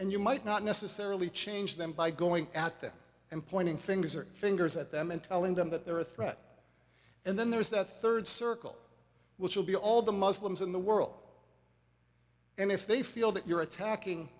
and you might not necessarily change them by going out there and pointing fingers or fingers at them and telling them that they're a threat and then there's that third circle which will be all the muslims in the world and if they feel that you're attacking